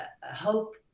hope